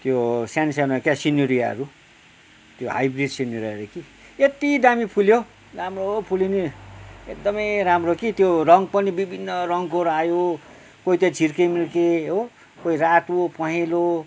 त्यो सानो सानो क्या सिनेरियाहरू त्यो हाइब्रिड सिनेरियाहरू कि यति दामी फुल्यो राम्रो फुल्यो नि एकदमै राम्रो कि त्यो रङ्ग पनि विभिन्न रङ्गकोहरू आयो कोही त छिर्केमिर्के हो कोही रातो पहेँलो